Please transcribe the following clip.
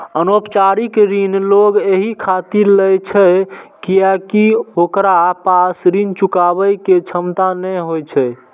अनौपचारिक ऋण लोग एहि खातिर लै छै कियैकि ओकरा पास ऋण चुकाबै के क्षमता नै होइ छै